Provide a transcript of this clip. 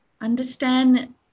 understand